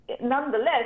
Nonetheless